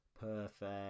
perfect